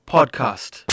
Podcast